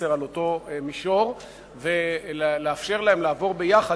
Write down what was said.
על אותו מישור ולאפשר להם לעבור יחד,